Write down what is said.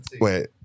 Wait